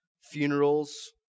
funerals